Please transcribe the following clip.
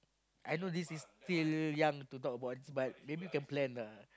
I know this is still young to talk about this but maybe you can plan lah